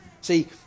See